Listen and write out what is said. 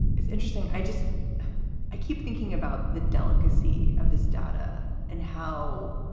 it's interesting. i just i keep thinking about the delicacy of this data and how